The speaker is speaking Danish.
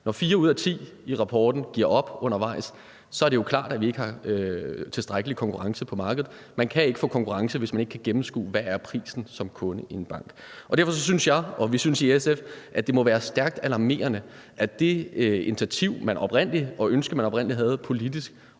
Når fire ud af ti i rapporten giver op undervejs, er det jo klart, at vi ikke har tilstrækkelig konkurrence på markedet. Vi kan ikke få konkurrence, hvis man ikke kan gennemskue, hvad prisen som kunde i en bank er. Derfor synes jeg og synes vi i SF, at det må være stærkt alarmerende, at det initiativ og ønske, man oprindelig havde politisk,